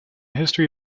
history